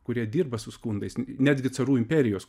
kurie dirba su skundais netgi carų imperijos